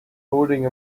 holding